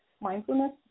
mindfulness